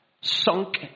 Sunk